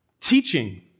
Teaching